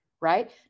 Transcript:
right